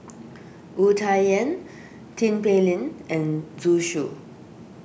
Wu Tsai Yen Tin Pei Ling and Zhu Xu